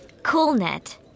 Coolnet